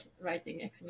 writing